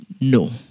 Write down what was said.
no